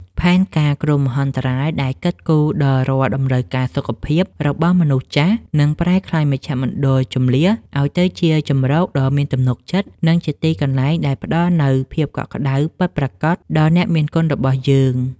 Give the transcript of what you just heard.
ផែនការគ្រោះមហន្តរាយដែលគិតគូរដល់រាល់តម្រូវការសុខភាពរបស់មនុស្សចាស់ នឹងប្រែក្លាយមជ្ឈមណ្ឌលជម្លៀសឱ្យទៅជាជម្រកដ៏មានទំនុកចិត្ត និងជាទីកន្លែងដែលផ្តល់នូវភាពកក់ក្តៅពិតប្រាកដដល់អ្នកមានគុណរបស់យើង។